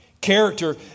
Character